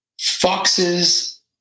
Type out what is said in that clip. foxes